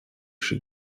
she